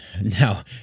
Now